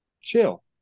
Chill